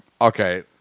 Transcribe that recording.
Okay